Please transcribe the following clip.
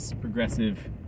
progressive